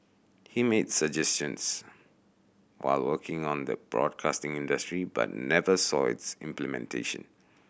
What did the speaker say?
he made the suggestions while working on the broadcasting industry but never saw its implementation